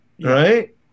right